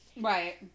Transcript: Right